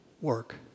work